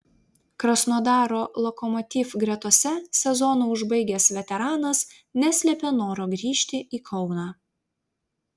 krasnodaro lokomotiv gretose sezoną užbaigęs veteranas neslėpė noro grįžti į kauną